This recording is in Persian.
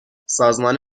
سازمان